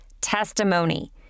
Testimony